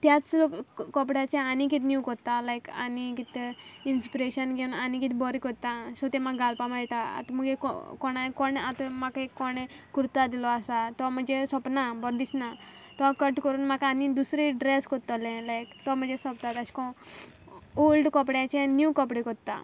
त्याच कोपड्याचें आनी कितें नीव कोतता लायक आनी कितें इन्स्पिरेशन घेयन आनी कितें बोरें कोत्ता सो तें म्हाका घालपा मेयटा आतां मुगे कोणाय कोण आतां म्हाका एक कोणें कुर्ता दिलो आसा तो म्हजेर सोपना बरो दिसना तो कट करून म्हाका आनी दुसरें ड्रेस कोत्तोलें लायक तो म्हाजें सोबता तेशें को ओल्ड कोपड्याचें नीव कोपडे कोत्तां